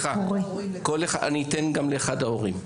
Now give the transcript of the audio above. אני אתן גם לאחד ההורים.